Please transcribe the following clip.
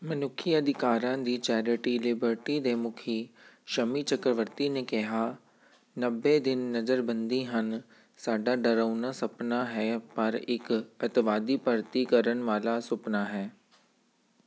ਮਨੁੱਖੀ ਅਧਿਕਾਰਾਂ ਦੀ ਚੈਰਿਟੀ ਲਿਬਰਟੀ ਦੇ ਮੁਖੀ ਸ਼ਮੀ ਚੱਕਰਵਰਤੀ ਨੇ ਕਿਹਾ ਨੱਬੇ ਦਿਨ ਨਜ਼ਰਬੰਦੀ ਹਨ ਸਾਡਾ ਡਰਾਉਣਾ ਸਪਨਾ ਹੈ ਪਰ ਇੱਕ ਅੱਤਵਾਦੀ ਭਰਤੀ ਕਰਨ ਵਾਲਾ ਸੁਪਨਾ ਹੈ